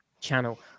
channel